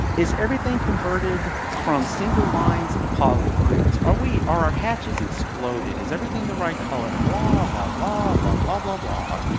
is everything converted from single lines to poly lines. are our our hatches exploded. is everything the right color. blah blah blah blah blah blah blah.